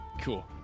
cool